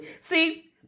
See